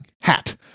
hat